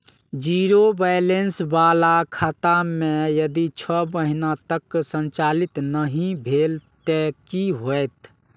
Zero balance बाला खाता में यदि छः महीना तक संचालित नहीं भेल ते कि होयत?